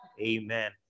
Amen